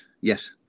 yes